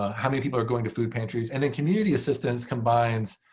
how many people are going to food pantries. and then community assistance combines